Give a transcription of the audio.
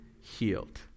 healed